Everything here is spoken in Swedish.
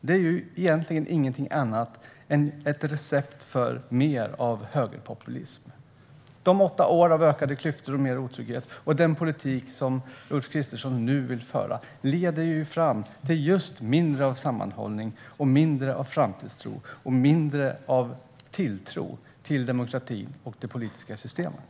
Det är egentligen ingenting annat än ett recept på mer av högerpopulism. De åtta år av ökade klyftor och mer otrygghet och den politik som Ulf Kristersson nu vill föra leder ju fram till mindre av just sammanhållning, framtidstro och tilltro till demokratin och det politiska systemet.